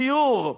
דיור,